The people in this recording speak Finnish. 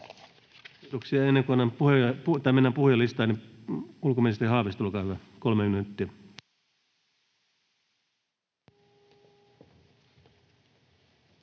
Kiitos.